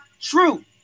true